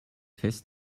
fest